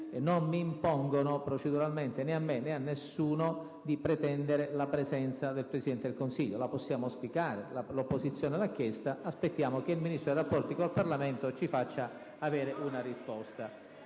non impongono proceduralmente, né a me né a nessuno, di pretendere la presenza del Presidente del Consiglio. La possiamo auspicare, l'opposizione l'ha chiesta, aspettiamo che il Ministro per i rapporti con il Parlamento ci faccia avere una risposta.